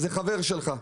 זה חבר שלך.